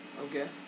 Okay